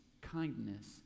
kindness